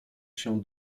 się